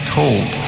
told